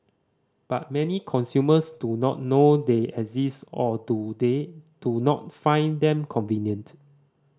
but many consumers do not know they exist or do they do not find them convenient